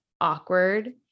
awkward